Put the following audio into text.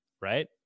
right